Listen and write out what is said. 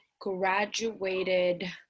graduated